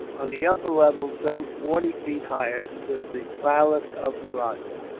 on the upper level, some forty feet higher, stood the palace of the rajah.